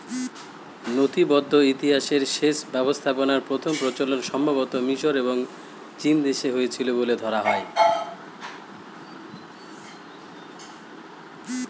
নথিবদ্ধ ইতিহাসে সেচ ব্যবস্থাপনার প্রথম প্রচলন সম্ভবতঃ মিশর এবং চীনদেশে হয়েছিল বলে ধরা হয়